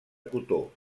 cotó